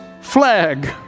flag